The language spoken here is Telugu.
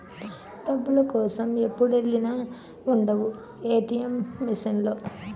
డబ్బుల కోసం ఎప్పుడెల్లినా ఉండవు ఏ.టి.ఎం మిసన్ లో